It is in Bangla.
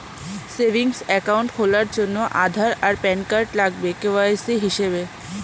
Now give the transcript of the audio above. সেভিংস অ্যাকাউন্ট খোলার জন্যে আধার আর প্যান কার্ড লাগবে কে.ওয়াই.সি হিসেবে